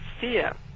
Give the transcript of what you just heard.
fear